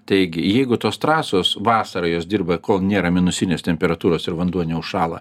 taigi jeigu tos trasos vasarą jos dirba kol nėra minusinės temperatūros ir vanduo neužšąla